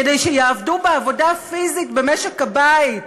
כדי שיעבדו בעבודה פיזית במשק הבית.